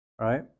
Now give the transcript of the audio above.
Right